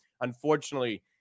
Unfortunately